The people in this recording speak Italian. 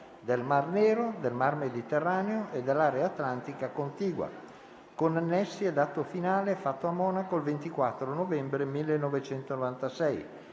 del Mar Nero, del Mar Mediterraneo e dell'area atlantica contigua, con Annessi e Atto finale, fatto a Monaco il 24 novembre 1996,